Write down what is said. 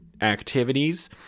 activities